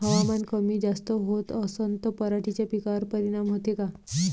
हवामान कमी जास्त होत असन त पराटीच्या पिकावर परिनाम होते का?